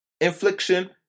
infliction